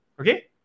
okay